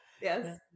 Yes